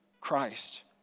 Christ